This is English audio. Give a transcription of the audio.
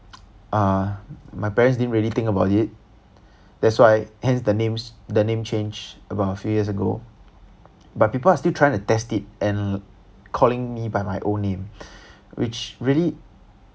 uh my parents didn't really think about it that's why hence the names the name changed about a few years ago but people are trying to test it and calling me by my old name which really